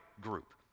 group